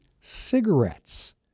cigarettes